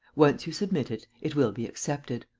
once you submit it, it will be accepted.